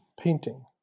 painting